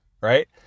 right